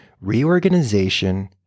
Reorganization